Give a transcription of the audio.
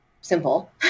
simple